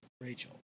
Rachel